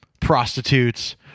prostitutes